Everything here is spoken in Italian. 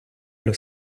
allo